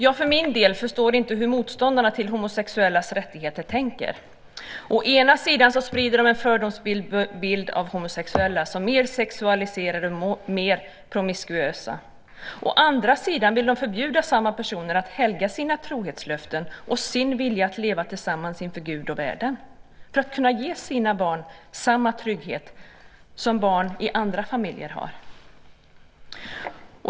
Jag för min del förstår inte hur motståndarna till homosexuellas rättigheter tänker. Å ena sidan sprider de en fördomsfull bild av homosexuella som mer sexualiserade och mer promiskuösa. Å andra sidan vill de förbjuda samma personer att helga sina trohetslöften och sin vilja att leva tillsammans inför Gud och världen för att kunna ge sina barn samma trygghet som barn i andra familjer har.